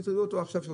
נטרלו אותו עכשיו.